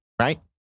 right